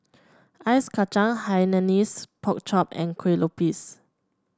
Ice Kachang Hainanese Pork Chop and Kueh Lopes